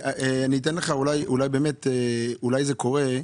אולי זה קורה,